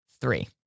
three